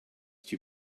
too